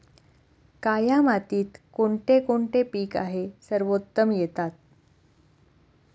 काया मातीत कोणते कोणते पीक आहे सर्वोत्तम येतात?